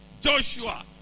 Joshua